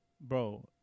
Bro